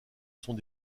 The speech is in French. sont